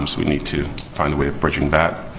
um so we need to find a way of bridging that.